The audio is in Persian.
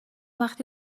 وقتی